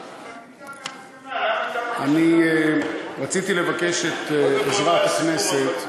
אני רציתי לבקש את עזרת הכנסת,